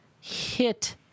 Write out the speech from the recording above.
hit